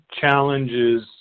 challenges